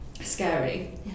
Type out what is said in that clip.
scary